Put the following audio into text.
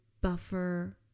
buffer